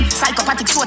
psychopathic